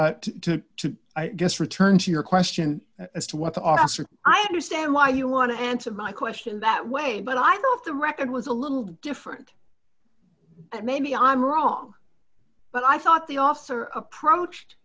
up to i guess return to your question as to what the officer i understand why you want to answer my question that way but i thought the record was a little different that maybe i'm wrong but i thought the officer approached